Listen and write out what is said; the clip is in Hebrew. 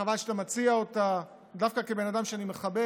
וחבל שאתה מציע אותה, דווקא כבן אדם שאני מכבד.